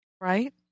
right